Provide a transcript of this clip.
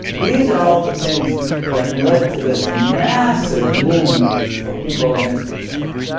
these are all the things that led to this massive movement of people against each other.